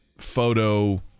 photo